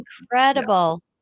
incredible